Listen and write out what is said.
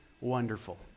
wonderful